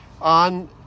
on